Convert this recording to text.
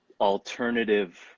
alternative